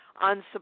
on